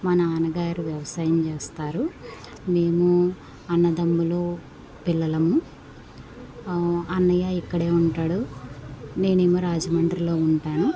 మా నాన్నగారు వ్యవసాయం చేస్తారు మేము అన్నదమ్ముల పిల్లలం అన్నయ్య ఇక్కడే ఉంటాడు నేనేమో రాజమండ్రిలో ఉంటాను